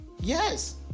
yes